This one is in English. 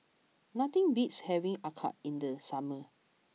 nothing beats having Acar in the summer